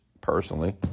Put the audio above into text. personally